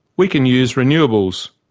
we can use renewables.